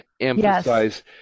emphasize